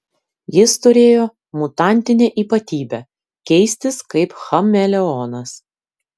jis turėjo mutantinę ypatybę keistis kaip chameleonas